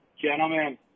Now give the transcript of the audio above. gentlemen